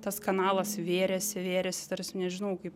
tas kanalas vėrėsi vėrėsi tarsi nežinau kaip